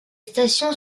stations